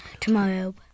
tomorrow